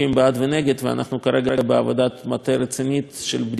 ואנחנו כרגע בעבודת מטה רצינית של בדיקת האופציה הזאת.